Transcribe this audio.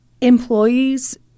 Employees